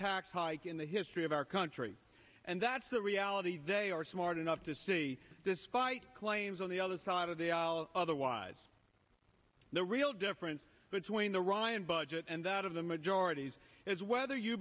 tax hike in the history of our country and that's the reality they are smart enough to see despite claims on the other side of the aisle otherwise the real difference between the ryan budget and that of the majority's is whether you